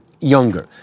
younger